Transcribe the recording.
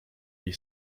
jej